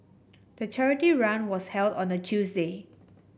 the charity run was held on a Tuesday